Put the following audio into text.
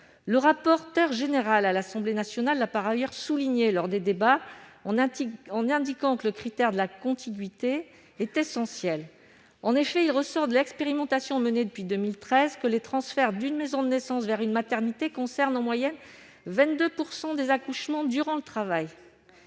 Le rapporteur général de l'Assemblée nationale l'a souligné lors des débats, en indiquant que le critère de la contiguïté est essentiel. En effet, il ressort de l'expérimentation menée depuis 2013 que les transferts d'une maison de naissance vers une maternité concernent en moyenne 22 % des accouchements durant le travail,